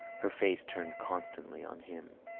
her face turned constantly on him.